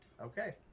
okay